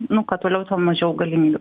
nu kuo toliau tuo mažiau galimybių